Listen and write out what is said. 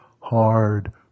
hard